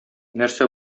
нәрсә